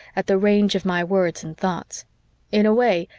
at the range of my words and thoughts in a way,